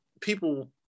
people